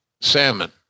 salmon